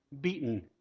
beaten